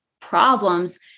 problems